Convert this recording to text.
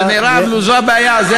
מירב, זו הבעיה.